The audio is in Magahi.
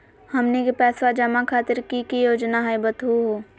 हमनी के पैसवा जमा खातीर की की योजना हई बतहु हो?